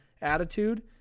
attitude